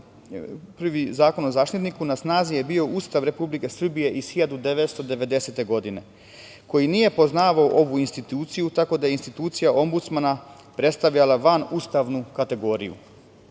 prvi Zakon o Zaštitniku, na snazi je bio Ustav Republike Srbije iz 1990. godine koji nije poznavao ovu instituciju, tako da je institucija Ombudsmana predstavljala vanustavnu kategoriju. Tek